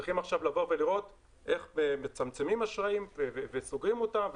צריכים עכשיו לבוא ולראות איך מצמצמים אשראים וסוגרים אותם,